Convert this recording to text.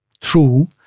true